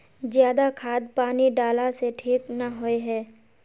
ज्यादा खाद पानी डाला से ठीक ना होए है?